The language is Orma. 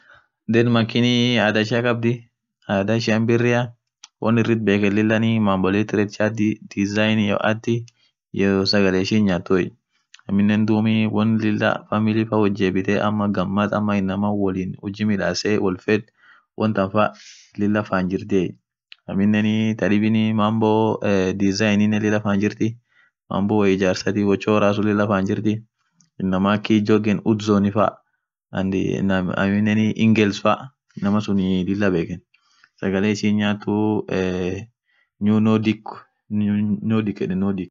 Denmarkiniii adhaa ishia khabdhii adhaa ishian birria won irthii bekhenu lilan mambo literaturethi disgn iyo arthi iyoo sagale ishin nyathuye aminen dhub won lila famili faan woth jebithee ama ghamad ama inamaa huji wolin midhase wol fedh wonthan faaa lila fan jirthiye aminen thaa dhibin mambo disgnen lila fan jirthi mambo woijarsathi woo chorathi lila fan jirthi inamaa akhii jorgen utzofaa aminen ingels faa inamaa sunn lila bekhen sagale ishin nyathu eee new nodhik yedheni nodhik